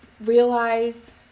realize